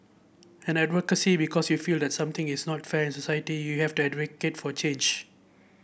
and advocacy because you feel that something is not fair in society you have to advocate for change